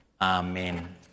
Amen